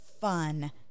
fun